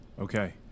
okay